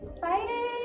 fighting